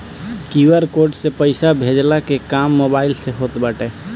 QR code से पईसा भेजला के काम मोबाइल से होत बाटे